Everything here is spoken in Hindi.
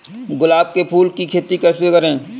गुलाब के फूल की खेती कैसे करें?